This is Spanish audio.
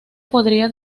podría